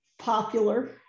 popular